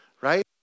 right